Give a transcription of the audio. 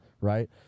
right